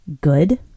good